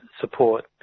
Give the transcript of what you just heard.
support